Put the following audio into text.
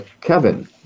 Kevin